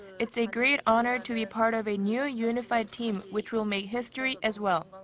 it's a great honor to be part of a new unified team which will make history as well.